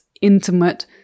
intimate